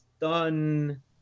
done